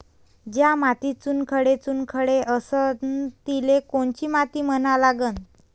ज्या मातीत चुनखडे चुनखडे असन तिले कोनची माती म्हना लागन?